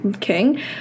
King